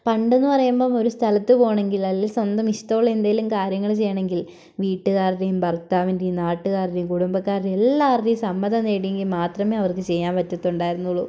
പണ്ട് എന്നു പറയുമ്പം ഒരു സ്ഥലത്ത് പോകണമെങ്കിൽ അല്ലെങ്കിൽ സ്വന്തം ഇഷ്ടം ഉള്ള എന്തെങ്കിലും കാര്യങ്ങൾ ചെയ്യണമെങ്കിൽ വീട്ടുകാരുടേയും ഭരത്താവിന്റേയും നാട്ടുകാരുടേയും കുടുംബക്കാരുടേയും എല്ലാവരുടേയും സമ്മതം നേടിയെങ്കിൽ മാത്രമേ അവർക്ക് ചെയ്യാൻ പറ്റത്തുണ്ടായിരുന്നുള്ളൂ